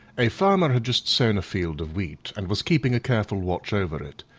a farmer had just sown a field of wheat, and was keeping a careful watch over it,